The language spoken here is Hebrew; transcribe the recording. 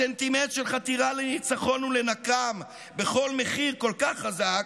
הסנטימנט של חתירה לניצחון ולנקם בכל מחיר כל כך חזק,